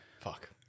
Fuck